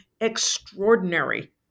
extraordinary